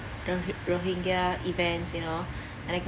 ro~ rohingya events you know and